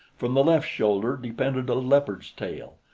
from the left shoulder depended a leopard's tail,